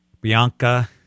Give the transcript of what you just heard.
Bianca